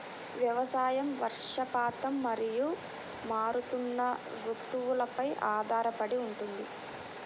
వ్యవసాయం వర్షపాతం మరియు మారుతున్న రుతువులపై ఆధారపడి ఉంటుంది